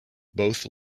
both